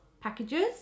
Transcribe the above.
packages